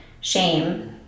shame